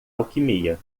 alquimia